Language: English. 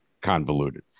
convoluted